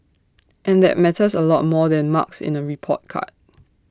and that matters A lot more than marks in A report card